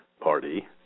party